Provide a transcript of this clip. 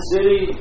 City